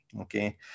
Okay